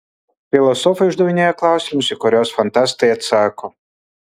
filosofai uždavinėja klausimus į kuriuos fantastai atsako